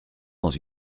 dans